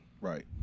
Right